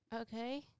Okay